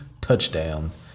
touchdowns